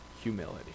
humility